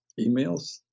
emails